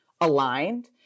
aligned